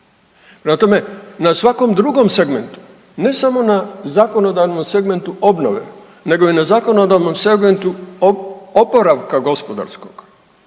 Prema tome, na svakom drugom segmentu, ne samo na zakonodavnom segmentu obnove, nego i na zakonodavnom segmentu oporavka gospodarskog